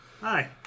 Hi